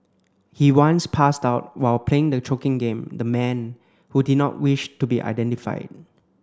he once passed out while playing the choking game the man who did not wish to be identified